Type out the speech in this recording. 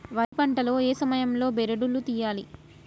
వరి పంట లో ఏ సమయం లో బెరడు లు తియ్యాలి?